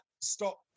stop